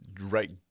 right